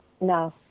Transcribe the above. No